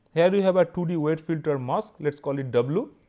here we have a two d weight filter mask, let us call it w,